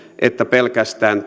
että pelkästään